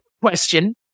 Question